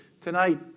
tonight